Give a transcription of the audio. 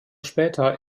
später